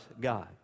God